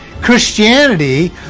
Christianity